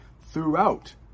throughout